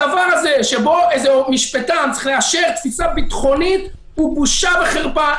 הדבר הזה שבו איזה משפטן צריך לאשר תפיסה ביטחונית הוא בושה וחרפה.